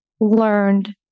learned